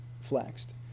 flexed